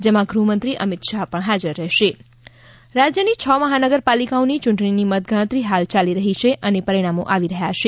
જેમાં ગૃહ મંત્રી અમિત શાહ પણ હાજર રહેશે પરિણા મ રાજ્યની છ મહાનગરપાલિકાઓની યૂંટણીની મતગણતરી હાલ ચાલી રહી છે અને પરિણામો આવી રહ્યા છે